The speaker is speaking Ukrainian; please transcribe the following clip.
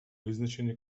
визначення